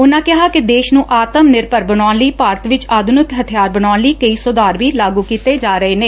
ਉਹਨਾਂ ਕਿਹਾ ਕਿ ਦੇਸ਼ ਨੂੰ ਆਤਮ ਨਿਰਭਰ ਬਨਾਉਣ ਲਈ ਭਾਰਤ ਵਿਚ ਆਧੁਨਿਕ ਹਬਿਆਰ ਬਨਾਉਣ ਲਈ ਕਈ ਸੁਧਾਰ ਵੀ ਲਾਗੁ ਕੀਤੇ ਜਾ ਰਹੇ ਨੇ